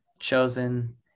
chosen